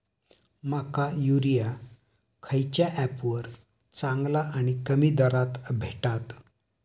माका युरिया खयच्या ऍपवर चांगला आणि कमी दरात भेटात?